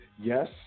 yes